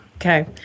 Okay